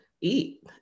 eat